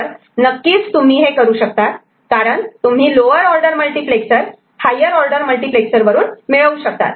तर नक्कीच तुम्ही हे करू शकतात कारण तुम्ही lower order multiplexer higher order multiplexer वरून मिळवू शकतात